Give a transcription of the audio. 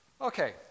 Okay